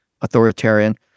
authoritarian